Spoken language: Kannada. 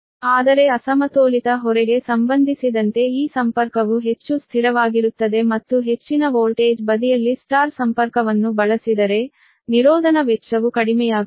ಆದರೆ ಅಸಮತೋಲಿತ ಹೊರೆಗೆ ಸಂಬಂಧಿಸಿದಂತೆ ಈ ಸಂಪರ್ಕವು ಹೆಚ್ಚು ಸ್ಥಿರವಾಗಿರುತ್ತದೆ ಮತ್ತು ಹೆಚ್ಚಿನ ವೋಲ್ಟೇಜ್ ಬದಿಯಲ್ಲಿ Y ಸಂಪರ್ಕವನ್ನು ಬಳಸಿದರೆ ನಿರೋಧನ ವೆಚ್ಚವು ಕಡಿಮೆಯಾಗುತ್ತದೆ